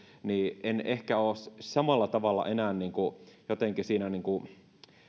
niin en ehkä samalla tavalla enää jotenkin